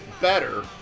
better